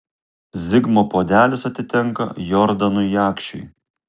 zigmo puodelis atitenka jordanui jakšiui